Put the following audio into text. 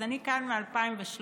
אני כאן מ-2013,